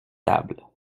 tables